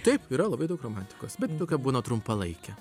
taip yra labai daug romantikos bet tokia būna trumpalaikė